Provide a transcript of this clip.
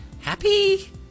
happy